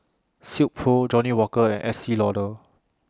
Silkpro Johnnie Walker and Estee Lauder